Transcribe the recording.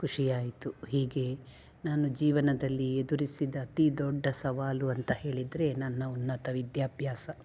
ಖುಷಿಯಾಯಿತು ಹೀಗೆ ನಾನು ಜೀವನದಲ್ಲಿ ಎದುರಿಸಿದ ಅತಿ ದೊಡ್ಡ ಸವಾಲು ಅಂತ ಹೇಳಿದರೆ ನನ್ನ ಉನ್ನತ ವಿದ್ಯಾಭ್ಯಾಸ